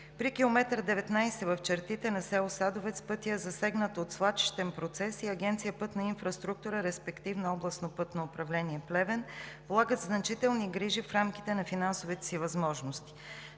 При километър 19 в чертите на село Садовец пътят е засегнат от свлачищен процес и Агенция „Пътна инфраструктура“, респективно Областно пътно управление – Плевен, полагат значителни грижи в рамките на финансовите си възможности.